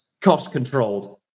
cost-controlled